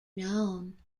known